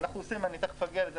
אני תיכף אגיע לזה.